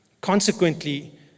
Consequently